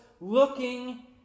looking